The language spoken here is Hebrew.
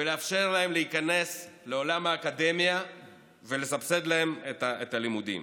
ולאפשר להם להיכנס לעולם האקדמיה ולסבסד להם את הלימודים,